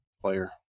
player